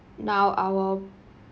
now I will